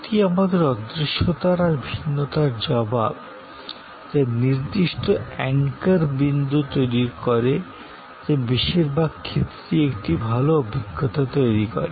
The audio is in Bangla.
এটি আমাদের অদৃশ্যতার আর ভিন্নতার জবাব যা নির্দিষ্ট অ্যাঙ্কর বিন্দু তৈরির করে যা বেশিরভাগ ক্ষেত্রেই একটি ভাল অভিজ্ঞতা তৈরি করে